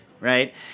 Right